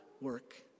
work